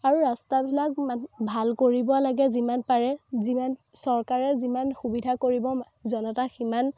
আৰু ৰাস্তাবিলাক ভাল কৰিব লাগে যিমান পাৰে যিমান চৰকাৰে যিমান সুবিধা কৰিব জনতা সিমান